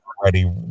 already